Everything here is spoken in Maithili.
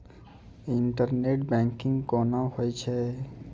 इंटरनेट बैंकिंग कोना होय छै?